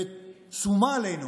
ושומה עלינו